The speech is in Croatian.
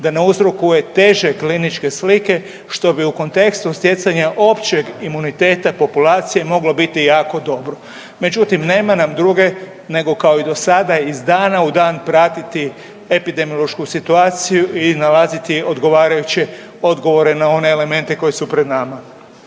da ne uzrokuje teže kliničke slike što bi u kontekstu stjecanja općem imuniteta populacije moglo biti jako dobro. Međutim, nema nam druge nego kao i do sada iz dana u dan pratiti epidemiološku situaciju i nalaziti odgovarajuće odgovore na one elemente koji su pred nama.